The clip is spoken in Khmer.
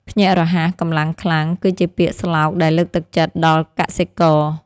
ភ្ញាក់រហ័ស កម្លាំងខ្លាំង គឺជាពាក្យស្លោកដែលលើកទឹកចិត្តដល់កសិករ។